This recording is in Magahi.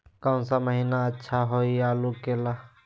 कौन सा महीना अच्छा होइ आलू के ला?